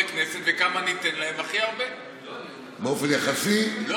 ועדת הכספים, לא